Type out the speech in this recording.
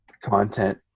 content